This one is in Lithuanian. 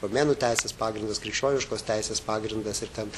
romėnų teisės pagrindas krikščioniškos teisės pagrindas ir ten